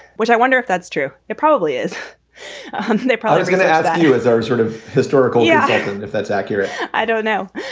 which i wonder if that's true it probably is something that probably is going to add value as our sort of historical yeah if that's accurate i don't know.